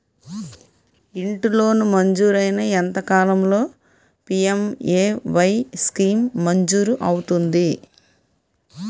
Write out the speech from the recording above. ఇంటి లోన్ మంజూరైన ఎంత కాలంలో పి.ఎం.ఎ.వై స్కీమ్ మంజూరు అవుతుంది?